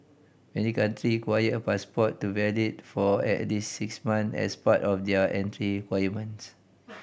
many country require a passport to valid for at least six months as part of their entry requirements